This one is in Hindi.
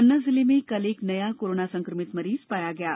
पन्ना जिले में कल एक नया कोरोना संक्रमित मरीज पाया गया है